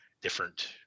different